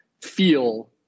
feel